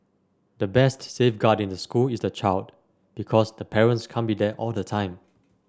the best safeguard in the school is the child because the parents can't be there all the time